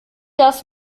das